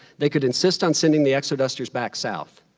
they could insist on sending the exodusters back south.